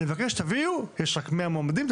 יש רק מאה מועמדים,